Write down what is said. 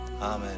Amen